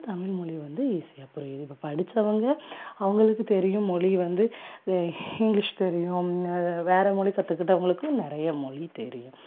தமிழ்மொலி வந்து ஈஸியாக புரியிது இப்போ படிச்சவங்க அவங்களுக்கு தெரியும் மொழி வந்து தெ இங்கிலிஷ் தெரியும் வேறு வேறு மொழி கத்துக்கிட்டவங்களுக்கு நிறையா மொழி தெரியும்